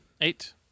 Eight